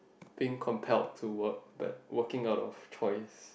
being compile to work but working out of choice